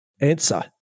answer